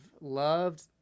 loved